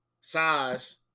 size